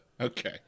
Okay